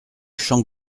champ